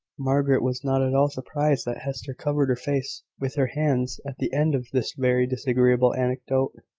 margaret was not at all surprised that hester covered her face with her hands at the end of this very disagreeable anecdote.